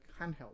handheld